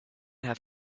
have